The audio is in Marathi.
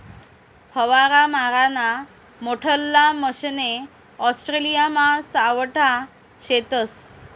फवारा माराना मोठल्ला मशने ऑस्ट्रेलियामा सावठा शेतस